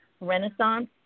renaissance